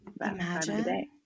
Imagine